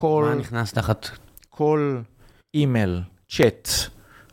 מה נכנס תחת... - כל אימייל, צ'אט.